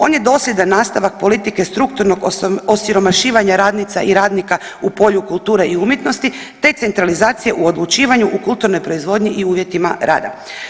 On je dosljedan nastavak politike strukturnog osiromašivanja radnica i radnika u polju kulture i umjetnosti, te centralizacije u odlučivanju u kulturnoj proizvodnji i uvjetima rada.